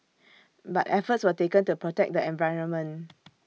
but efforts were taken to protect the environment